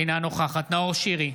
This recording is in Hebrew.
אינה נוכחת נאור שירי,